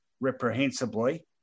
reprehensibly